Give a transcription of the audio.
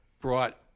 brought